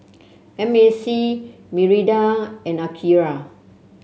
M A C Mirinda and Akira